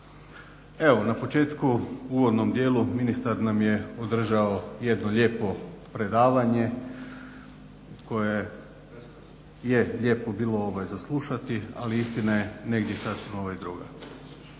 evo na početku u uvodnom dijelu ministar nam je održao jedno lijepo predavanje koje je lijepo bilo za slušati, ali istina je sasvim negdje druga.